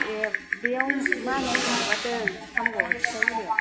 ऐ बेयाव मानासाव हगारदों सामगावआव तितागुरियाव